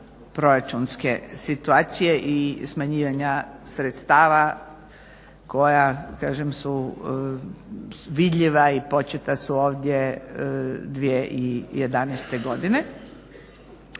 proračunske situacije i smanjivanja sredstava koja kažem su vidljiva i početa su ovdje 2011. godine.